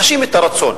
חשים את הרצון.